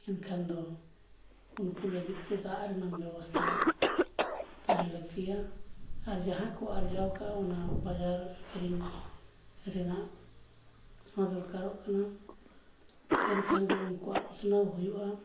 ᱮᱱᱠᱷᱟᱱ ᱫᱚ ᱩᱱᱠᱩ ᱞᱟᱹᱜᱤᱫᱼᱛᱮ ᱫᱟᱜ ᱨᱮᱱᱟᱜ ᱵᱮᱵᱚᱥᱛᱷᱟ ᱛᱟᱦᱮᱸ ᱞᱟᱹᱠᱛᱤᱭᱟ ᱟᱨ ᱡᱟᱦᱟᱸ ᱠᱚ ᱟᱨᱡᱟᱣ ᱟᱠᱟᱫᱟ ᱚᱱᱟ ᱵᱟᱡᱟᱨ ᱟᱹᱠᱷᱨᱤᱧ ᱨᱮᱱᱟᱜ ᱦᱚᱸ ᱫᱚᱨᱠᱟᱨᱚᱜ ᱠᱟᱱᱟ ᱮᱱᱠᱷᱟᱱᱼᱜᱮ ᱩᱱᱠᱩᱣᱟᱜ ᱩᱛᱱᱟᱹᱣ ᱦᱩᱭᱩᱜᱼᱟ